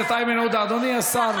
1. כל מה שאמרת זה שקר,